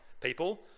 people